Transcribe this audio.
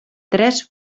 tres